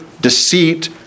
Deceit